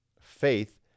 Faith